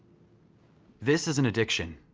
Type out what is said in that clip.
this is an addiction,